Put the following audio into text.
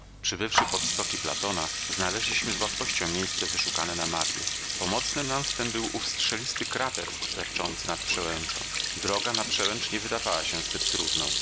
przybywszy pod stoki platona znaleźliśmy z łatwością miejsce wyszukane na mapie pomocny nam w tem był ów strzelisty krater sterczący nad przełęczą droga na przełęcz nie wydawała się zbyt trudną